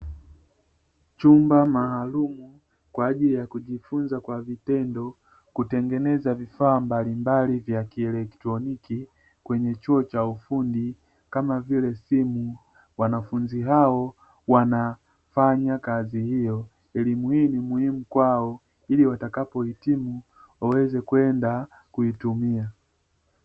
Chumba maalumu kwajili ya kujifunza kwa vitendo kutengeneza vifaa mbalimbali vya kielektroniki kwenye chuo cha ufundi kama vile simu wanafunzi hao wanafanya kazi hiyo, elimu hii ni muhimu kwao ili watakapo hitimu waweze kwenda kuitumia.